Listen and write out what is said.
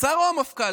השר או המפכ"ל?